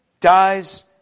dies